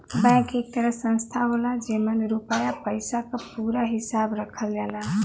bank एक तरह संस्था होला जेमन रुपया पइसा क पूरा हिसाब रखल जाला